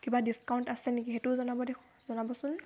কিবা ডিছকাউণ্ট আছে নেকি সেইটোও জনাব দি জনাবচোন